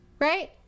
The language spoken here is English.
right